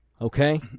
Okay